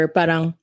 parang